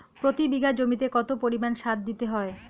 প্রতি বিঘা জমিতে কত পরিমাণ সার দিতে হয়?